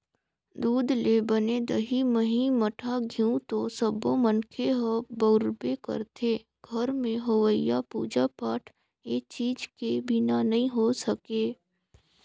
दूद ले बने दही, मही, मठा, घींव तो सब्बो मनखे ह बउरबे करथे, घर में होवईया पूजा पाठ ए चीज के बिना नइ हो सके